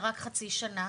אלא רק חצי שנה,